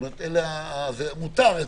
מותר.